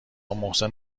محسن